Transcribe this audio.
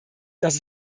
dass